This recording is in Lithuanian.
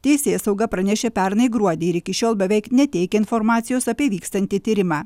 teisėsauga pranešė pernai gruodį ir iki šiol beveik neteikia informacijos apie vykstantį tyrimą